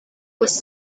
was